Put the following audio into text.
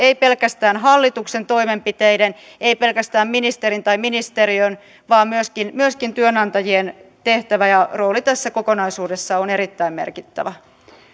eivät pelkästään hallituksen toimenpiteiden eivät pelkästään ministerin tai ministeriön vaan myöskin myöskin työnantajien tehtävä ja rooli tässä kokonaisuudessa on erittäin merkittävä